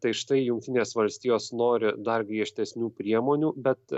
tai štai jungtinės valstijos nori dar griežtesnių priemonių bet